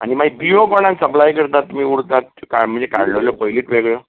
आनी मागीर बियो कोणाक सप्लाय करता तुमी उरतात त्यो म्हळ्या काडलेल्यो पयलींच वेगळ्यो